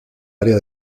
área